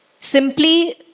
Simply